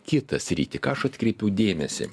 kitą sritį ką aš atkreipiau dėmesį